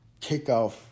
Kickoff